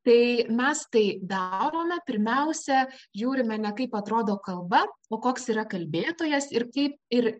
tai mes tai darome pirmiausia žiūrime ne kaip atrodo kalba o koks yra kalbėtojas ir kaip ir